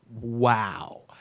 wow